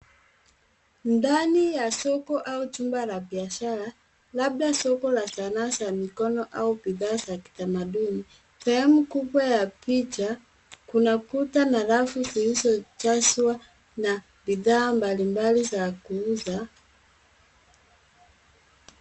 Ndani ya soko au jumba la biashara labda soko la sanaa za mikono au sanaa za kitamaduni sehemu kubwa ya picha. Kuna kuta na rafu zilizojazwa na bidhaa mbali mbali za kuuza.